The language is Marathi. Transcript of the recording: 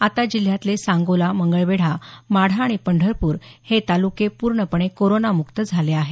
आता जिल्ह्यातले सांगोला मंगळवेढा माढा आणि पंढरपूर हे तालुके पूर्णपणे कोरोनामुक्त झाले आहेत